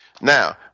Now